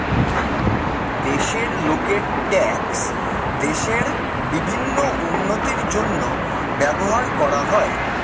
দেশের লোকের ট্যাক্স দেশের বিভিন্ন উন্নতির জন্য ব্যবহার করা হয়